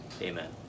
Amen